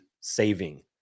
saving